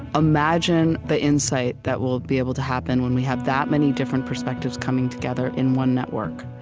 imagine the insight that will be able to happen when we have that many different perspectives coming together in one network.